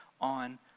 on